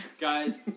guys